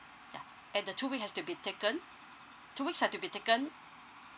ya and the two week has to be taken two weeks had to be taken